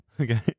Okay